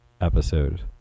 episode